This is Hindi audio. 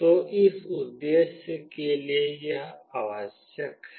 तो इस उद्देश्य के लिए यह आवश्यक है